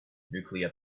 nuclear